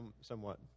somewhat